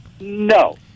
no